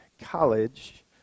college